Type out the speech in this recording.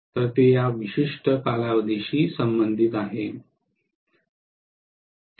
तर ते या विशिष्ट कालावधीशी संबंधित आहे